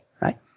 right